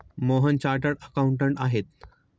Mohan chartered accountant आहेत